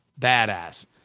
badass